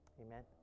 Amen